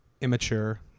immature